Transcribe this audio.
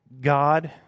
God